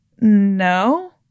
no